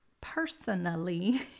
personally